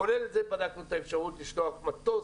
כולל זה שבדקנו את האפשרות לשלוח מטוס